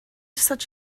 such